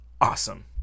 awesome